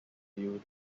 viewed